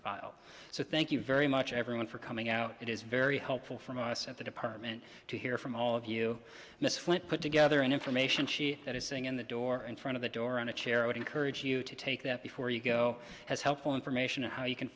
filed so thank you very much everyone for coming out it is very helpful from us at the department to hear from all of you miss flynt put together an information she that is sitting in the door in front of the door on a chair i would encourage you to take that before you go has helpful information and how you can